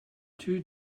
two